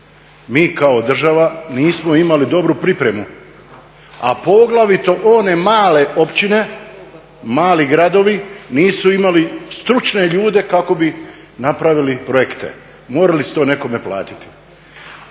Mi kao država nismo imali dobru pripremu, a poglavito one male općine, mali gradovi nisu imali stručne ljude kako bi napravili projekte. Morali su to nekome platiti.